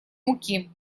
муки